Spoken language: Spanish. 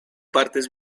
partes